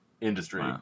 industry